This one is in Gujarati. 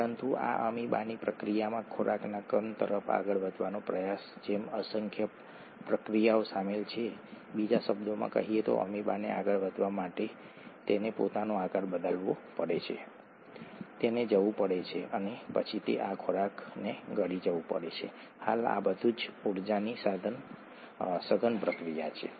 ન્યુક્લિઓટાઇડની ત્રણ પ્રાઇમ અને બીજી ખાંડની રિબોઝ સુગર આ ફોસ્ફેટ જૂથ સાથે જોડાય છે અને આ રીતે સાંકળ બંધાય છે પોલિમર બને છે ઠીક છે